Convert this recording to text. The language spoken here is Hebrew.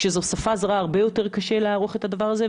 שכאשר זו שפה זרה הרבה יותר קשה לערוך את הדבר הזה.